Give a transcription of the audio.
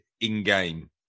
in-game